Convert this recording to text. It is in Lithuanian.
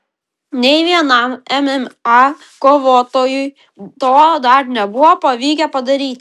nei vienam mma kovotojui to dar nebuvo pavykę padaryti